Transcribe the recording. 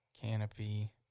canopy